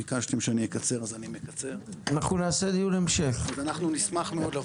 ביקשתם שאני אקצר אז אני מקצר ואנחנו נשמח מאוד לבוא